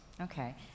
Okay